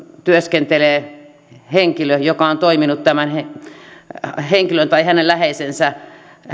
työskentelee henkilö joka on toiminut tämän henkilön tai hänen läheisensä